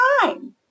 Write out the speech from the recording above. time